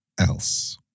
else